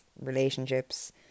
relationships